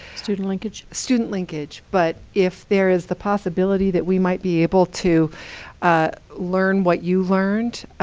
student linkage. student linkage, but if there is the possibility that we might be able to learn what you learned,